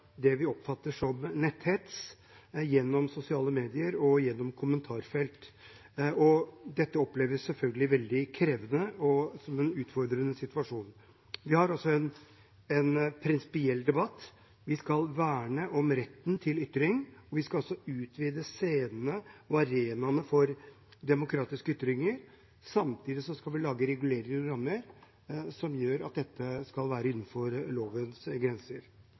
det vi oppfatter som netthets gjennom sosiale medier og kommentarfelt. Dette oppleves selvfølgelig veldig krevende og som en utfordrende situasjon. Vi har også en prinsipiell debatt. Vi skal verne om retten til ytring. Vi skal også utvide scenene og arenaene for demokratiske ytringer. Samtidig skal vi lage reguleringer og rammer som gjør at dette skal være innenfor lovens grenser.